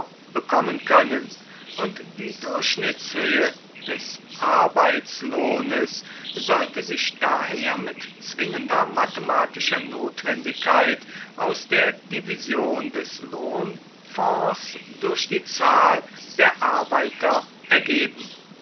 bekommen können und die durchschnittshöhe des arbeitslohnes sollte sich daher mit zwingender mathematischer notwendigkeit aus der division des lohnfonds durch die zahl der arbeiter ergeben